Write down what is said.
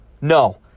No